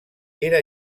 era